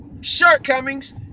shortcomings